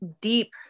deep